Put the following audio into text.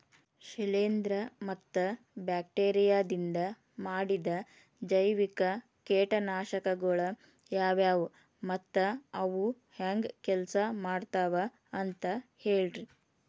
ಶಿಲೇಂಧ್ರ ಮತ್ತ ಬ್ಯಾಕ್ಟೇರಿಯದಿಂದ ಮಾಡಿದ ಜೈವಿಕ ಕೇಟನಾಶಕಗೊಳ ಯಾವ್ಯಾವು ಮತ್ತ ಅವು ಹೆಂಗ್ ಕೆಲ್ಸ ಮಾಡ್ತಾವ ಅಂತ ಹೇಳ್ರಿ?